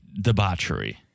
debauchery